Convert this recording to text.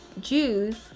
Jews